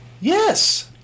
Yes